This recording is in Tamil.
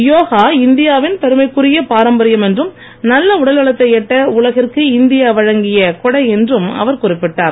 யோகா இந்தியாவின் பெருமைக்குரிய பாரம்பரியம் என்றும் நல்ல உடல்நலத்தை எட்ட உலகிற்கு இந்தியா வழங்கிய கொடை என்றும் அவர் குறிப்பிட்டார்